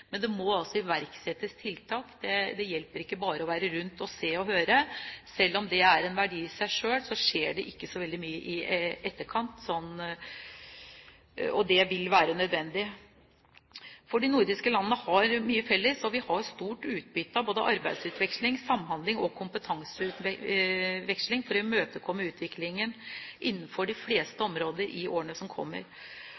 Men det må iverksettes tiltak, det hjelper ikke bare å være rundt og se og høre. Selv om det er en verdi i seg selv, skjer det ikke så veldig mye i etterkant, så det vil være nødvendig. De nordiske landene har mye felles, og vi har stort utbytte av både arbeidsutveksling, samhandling og kompetanseutveksling for å imøtekomme utviklingen innenfor de fleste